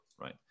Right